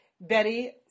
Betty